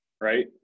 right